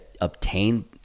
obtain